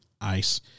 ice